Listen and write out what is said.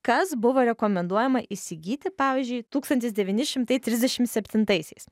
kas buvo rekomenduojama įsigyti pavyzdžiui tūkstantis devyni šimtai trisdešimt septintaisiais